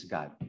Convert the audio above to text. God